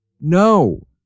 No